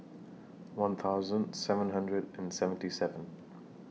one thousand seven hundred and seventy seven